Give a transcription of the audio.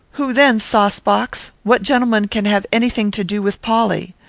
who then, saucebox what gentleman can have any thing to do with polly?